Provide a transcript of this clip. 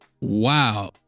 Wow